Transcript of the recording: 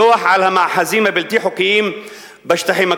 דוח על המאחזים הבלתי-חוקיים בשטחים הכבושים.